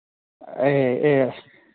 ꯑꯦ ꯑꯦ